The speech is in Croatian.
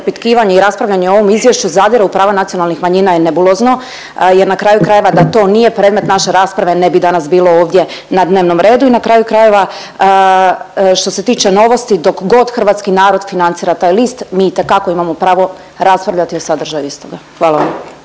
i raspravljanje o ovom izvješću zadire u prava nacionalnih manjina je nebulozno jer na kraju krajeva da to nije predmet naše rasprave ne bi danas bilo ovdje na dnevnom redu i na kraju krajeva što se tiče Novosti dok god hrvatski narod financira taj list mi itekako imamo pravo raspravljati o sadržaju istoga, hvala vam.